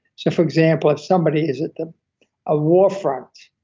for example if somebody is at the ah war front,